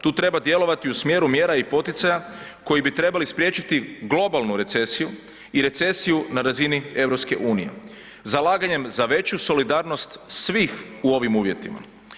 Tu treba djelovati u smjeru mjera i poticaja koji bi trebali spriječiti globalnu recesiju i recesiju na razini EU zalaganjem za veću solidarnost svih u ovim uvjetima.